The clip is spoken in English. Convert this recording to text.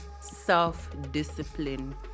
self-discipline